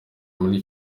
muri